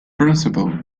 principle